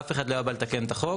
אף אחד לא היה בא לתקן את החוק,